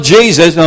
Jesus